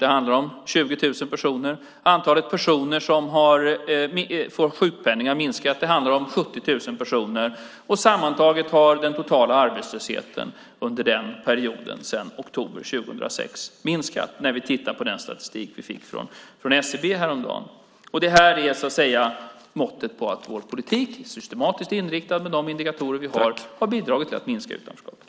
Det handlar om 20 000 personer. Antalet personer som får sjukpenning har minskat. Det handlar om 70 000 personer. Sammantaget har den totala arbetslösheten sedan oktober 2006 minskat. Det ser vi i den statistik vi fick från SCB häromdagen. Detta är måttet på att vår politik, systematiskt inriktad med de indikatorer vi har, har bidragit till att minska utanförskapet.